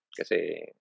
kasi